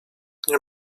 nie